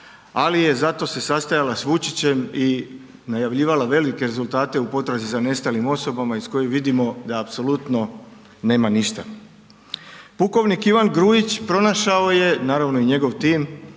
ali je zato se sastajala s Vučićem i najavljivala velike rezultate u potrazi za nestalim osobama iz koje vidimo, da apsolutno nema ništa. Pukovnik Ivan Grujić, pronašao je, naravno i njegov tim,